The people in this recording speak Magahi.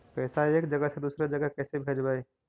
पैसा एक जगह से दुसरे जगह कैसे भेजवय?